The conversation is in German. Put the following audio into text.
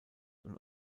und